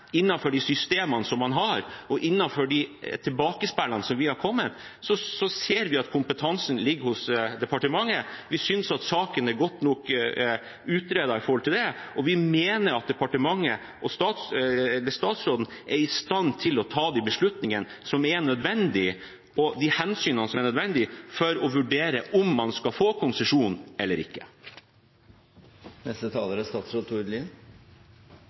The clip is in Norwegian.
de systemene man har, og basert på de tilbakemeldingene som har kommet, ser vi at kompetansen ligger hos departementet. Vi synes at saken er godt nok utredet når det gjelder det. Og vi mener at departementet ved statsråden er i stand til å ta de beslutningene og hensynene som er nødvendige for å vurdere om man skal få konsesjon eller ikke.